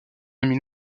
ami